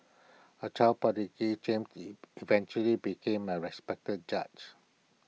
A child prodigy James eventually became A respected judge